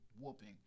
whooping